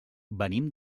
venim